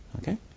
Okay